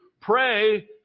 Pray